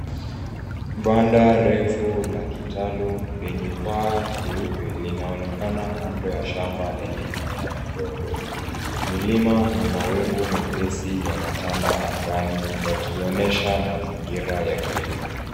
Banda refu la kitalu lenye paa jeupe linaonekana kando la shamba lenye mimea midogo. Milima na mawingu mepesi yanatanda angani yakionesha mazingira ya kilimo.